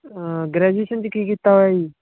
graduation 'ਚ ਕੀ ਕੀਤਾ ਹੋਇਆ ਜੀ